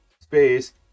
space